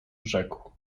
rzekł